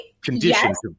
conditions